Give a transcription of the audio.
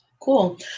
Cool